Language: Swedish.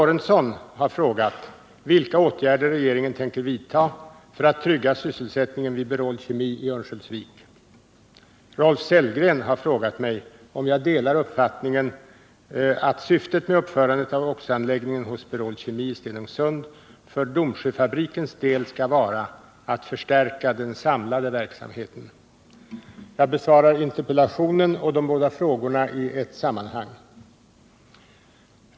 Rolf Sellgren har frågat mig om jag delar uppfattningen att syftet med uppförandet av oxo-anläggningen hos Berol Kemi i Stenungsund för Domsjöfabrikens del skall vara att förstärka den samlade verksamheten. Jag besvarar interpellationen och de båda frågorna i ett sammanhang.